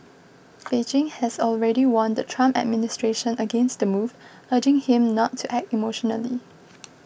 Beijing has already warned the Trump administration against the move urging him not to act emotionally